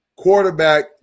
quarterback